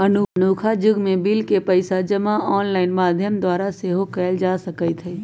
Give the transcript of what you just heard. अखुन्का जुग में बिल के पइसा जमा ऑनलाइन माध्यम द्वारा सेहो कयल जा सकइत हइ